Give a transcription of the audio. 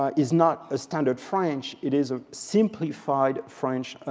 ah is not a standard french. it is a simplified french,